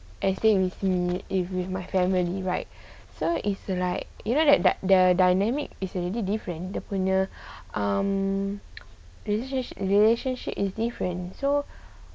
anything with me if with my family right so it's like you know that that the dynamic is already different dia punya um relation~ relationship is different so